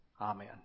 Amen